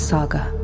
Saga